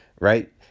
right